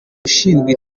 ushinzwe